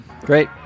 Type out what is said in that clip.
Great